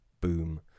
boom